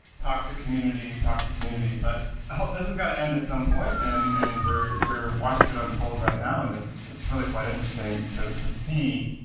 toxic community, toxic community, but this is going to end at some point and and we're we're watching it unfold right now, and it's it's really quite interesting to to see